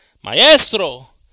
Maestro